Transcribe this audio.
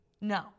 No